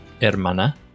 hermana